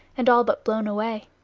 and all but blown away.